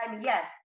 yes